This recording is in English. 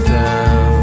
down